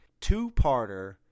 two-parter